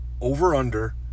over-under